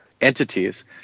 entities